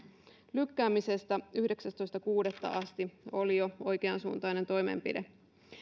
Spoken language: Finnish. lykkäämisestä yhdeksästoista kuudetta asti oli jo oikeansuuntainen toimenpide